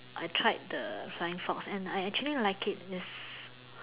I tried the flying fox and I actually like it is